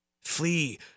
Flee